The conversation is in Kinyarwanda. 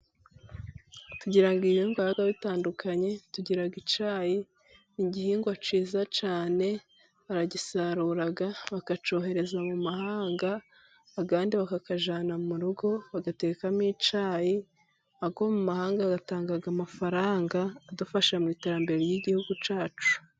Tugira ibihingwa biba bitandukanye . Tugira icyayi . Igihingwa cyiza cyane ,baragisarura ,bakacyohereza mu mahanga, andi bakayajyana mu rugo ,bagatekamo icyi . Ayo mu mahanga agatangaamafaranga adufasha mu iterambere ry'igihugu cyacu.